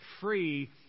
free